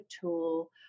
tool